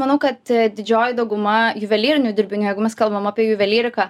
manau kad didžioji dauguma juvelyrinių dirbinių jeigu mes kalbam apie juvelyriką